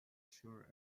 sir